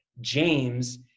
James